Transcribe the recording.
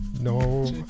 No